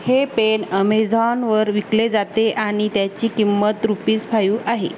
हे पेन अमेझॉनवर विकले जाते आणि त्याची किंमत रूपीज फायू आहे